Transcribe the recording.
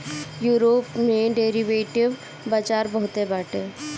Europe में derivative बाजार बहुते बाटे